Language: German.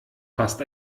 passt